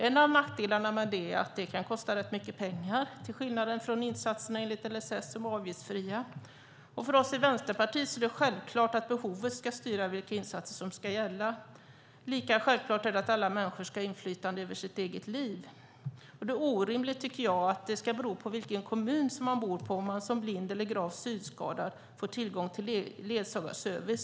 En av nackdelarna med det är att det kan kosta rätt mycket pengar, till skillnad från insatserna enligt LSS som är avgiftsfria. Och för oss i Vänsterpartiet är det självklart att behovet ska styra vilka insatser som ska gälla. Lika självklart är det att alla människor ska ha inflytande över sitt eget liv. Då är det orimligt, tycker jag, att det ska bero på vilken kommun man bor i om man som blind eller gravt synskadad får tillgång till ledsagarservice.